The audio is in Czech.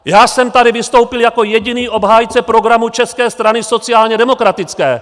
Já jsem tady vystoupil jako jediný obhájce programu České strany sociálně demokratické.